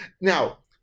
Now